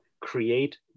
create